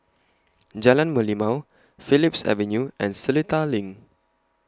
Jalan Merlimau Phillips Avenue and Seletar LINK